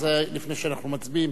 אז לפני שאנחנו מצביעים,